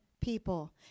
people